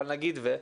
אבל נגיד שזה יהיה,